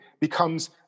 becomes